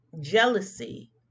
jealousy